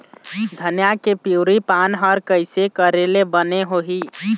धनिया के पिवरी पान हर कइसे करेले बने होही?